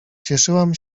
cieszyłam